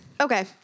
Okay